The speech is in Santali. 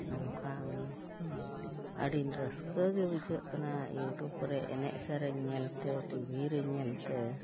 ᱱᱚᱝᱠᱟᱜᱮ ᱟᱹᱰᱤ ᱨᱟᱹᱥᱠᱟᱹᱜᱮ ᱵᱩᱡᱷᱟᱹᱜ ᱠᱟᱱᱟ ᱤᱭᱩᱴᱩᱵᱽ ᱨᱮ ᱮᱱᱮᱡ ᱥᱮᱨᱮᱧ ᱧᱮᱞᱛᱮ ᱴᱤᱵᱷᱤ ᱨᱮ ᱧᱮᱞᱛᱮ